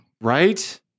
Right